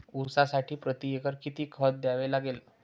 ऊसासाठी प्रतिएकर किती खत द्यावे लागेल?